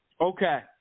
Okay